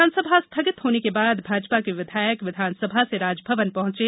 विधानसभा स्थगित होने के बाद भाजपा के विधायक विधानसभा से राजभवन पहुंचे